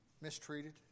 mistreated